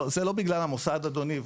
לא, זה לא בגלל המוסד אדוני.